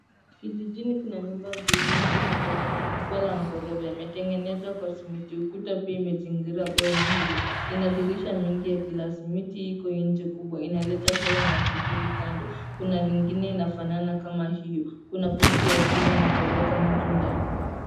Kijijini kuna nyumba mzuri inapendeza, ni kubwa na ghorofa, imetengenezwa kwa simiti, ukuta pia imezingira boma hilo, ina dirisha mingi ya glasi, miti iko nje kubwa inaleta hewa na kivuli kando. Kuna lingine inafanana kama hiyo, kuna posti ya stima inapeleka moto ndani.